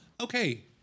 Okay